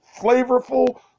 flavorful